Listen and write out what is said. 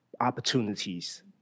opportunities